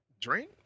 drink